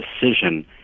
decision